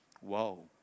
Whoa